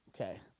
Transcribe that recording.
Okay